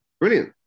Brilliant